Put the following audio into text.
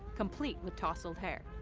complete with tousled hair.